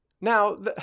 now